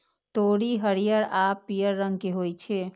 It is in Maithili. तोरी हरियर आ पीयर रंग के होइ छै